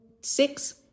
six